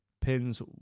pins